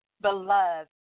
beloved